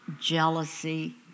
jealousy